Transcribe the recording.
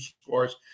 scores